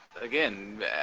again